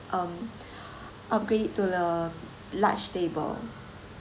um upgraded to the large table